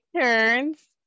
turns